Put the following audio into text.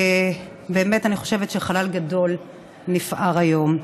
ובאמת אני חושבת שחלל גדול נפער היום.